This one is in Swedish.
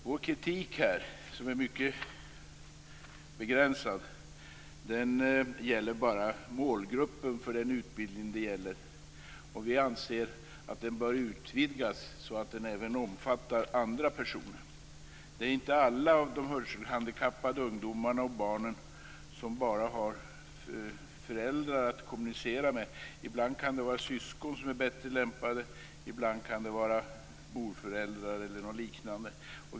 Vår kritik, som är mycket begränsad, gäller denna utbildnings målgrupp. Vi anser att målgruppen bör utvidgas, så att den även omfattar andra personer. Det är inte alla hörselhandikappade ungdomar och barn som bara har föräldrar att kommunicera med. Ibland kan syskon vara bättre lämpade. Ibland kan det vara morföräldrar eller något liknade.